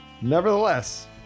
Nevertheless